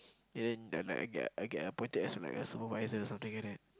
and then I get I get appointed as a supervisor or something like that